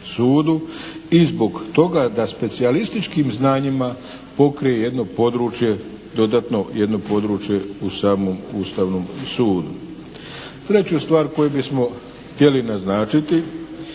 i zbog toga da specijalističkim znanjima pokrije jedno područje, dodatno jedno područje u samom Ustavnom sudu. Treću stvar koju bismo htjeli naznačiti